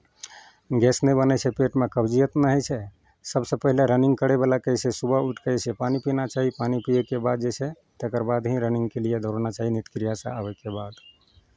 gas नहि बनै छै पेटमे कब्जियत नहि होइ छै सभसँ पहिले रनिंग करयवलाके जे छै से सुबह उठि कऽ पानि पीना चाही पानि पियैके बाद जे छै तकर बाद ही रनिंगके लिए दौड़ना चाही नित्यक्रियासँ आबयके बाद